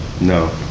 no